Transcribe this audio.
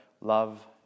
love